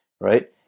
Right